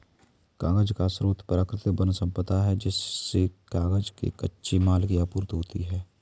कागज का स्रोत प्राकृतिक वन सम्पदा है जिससे कागज के कच्चे माल की आपूर्ति होती है